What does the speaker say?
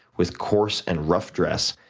with coarse and rough dress,